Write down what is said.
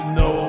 no